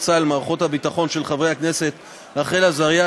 שהעלו חברי הכנסת רחל עזריה,